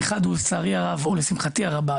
הראשונה: לשמחתי הרבה,